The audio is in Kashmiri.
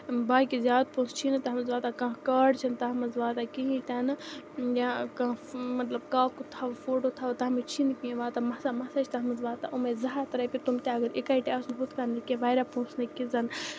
باقی زیادٕ پونٛسہٕ چھی نہٕ تَتھ منٛز واتان کانٛہہ کاڈ چھِنہٕ تَتھ منٛز واتان کِہیٖنۍ تہِ نہٕ یا کانٛہہ مطلب کاکُد تھاوو فوٹوٗ تھاوو تَتھ منٛز چھی نہ کِہیٖنۍ واتان مَسا مَسا چھِ تَتھ منٛز واتان یِمَے زٕ ہَتھ رۄپیہِ تِم تہِ اَگر اِکَٹے آسَن ہُتھ کَنہِ نہٕ کیٚنٛہہ واریاہ پونٛسہٕ نہٕ کینٛہہ زَن